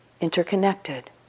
interconnected